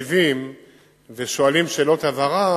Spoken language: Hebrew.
וכאשר אנחנו משיבים ושואלים שאלות הבהרה,